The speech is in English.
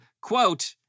quote